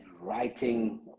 writing